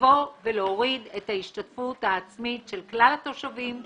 לבוא ולהוריד את ההשתתפות העצמית של כלל התושבים בשב"נים.